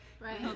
right